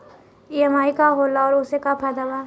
EMI का होला और ओसे का फायदा बा?